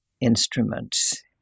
instruments